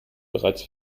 bereits